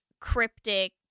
cryptic